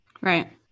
Right